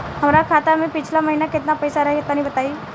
हमरा खाता मे पिछला महीना केतना पईसा रहे तनि बताई?